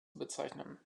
bezeichnen